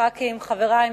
חברי הכנסת,